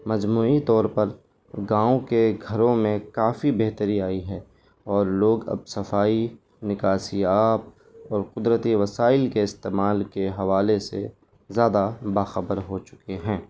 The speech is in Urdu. مجموعی طور پر گاؤں کے گھروں میں کافی بہتری آئی ہے اور لوگ اب صفائی نکاسی آب اور قدرتی وسائل کے استعمال کے حوالے سے زیادہ باخبر ہو چکے ہیں